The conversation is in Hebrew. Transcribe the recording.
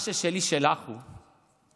מה ששלי, שלך הוא.